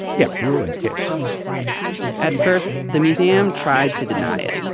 yeah, ruined, yes at first, the museum tried to deny it.